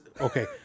Okay